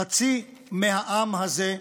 חצי מהעם הזה,